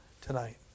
tonight